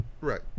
right